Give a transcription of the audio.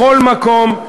בכל מקום,